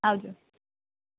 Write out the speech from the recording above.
આવજો